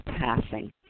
passing